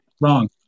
Wrong